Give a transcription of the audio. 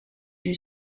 you